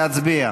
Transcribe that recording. להצביע?